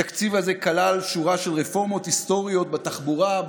התקציב הזה כלל שורה של רפורמות היסטוריות בתחבורה,